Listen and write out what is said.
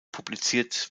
publiziert